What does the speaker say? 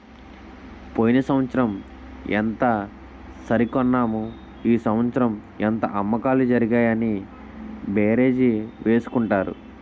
పోయిన సంవత్సరం ఎంత సరికన్నాము ఈ సంవత్సరం ఎంత అమ్మకాలు జరిగాయి అని బేరీజు వేసుకుంటారు